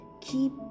keep